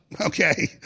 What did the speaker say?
okay